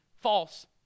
false